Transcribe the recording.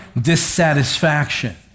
dissatisfaction